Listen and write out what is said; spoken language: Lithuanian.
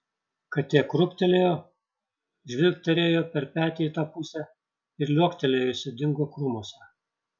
katė krūptelėjo žvilgterėjo per petį į tą pusę ir liuoktelėjusi dingo krūmuose